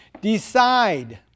Decide